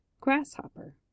grasshopper